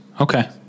okay